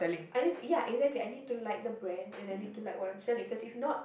I need to ya exactly I need to like the brand and I need to like what I'm selling cause if not